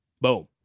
Boom